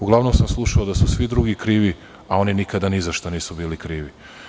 Uglavnom sam slušao da su svi drugi krivi, a oni nikada ni za šta nisu bili krivi.